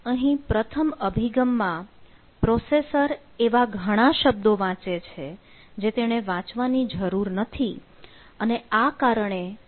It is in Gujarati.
અહીં પ્રથમ અભિગમમાં પ્રોસેસર એવા ઘણા શબ્દો વાંચે છે જે તેણે વાંચવાની જરૂર નથી અને આ કારણે સમયનો દુરુપયોગ થાય છે